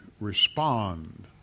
respond